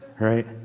right